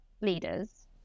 leaders